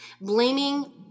blaming